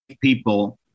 people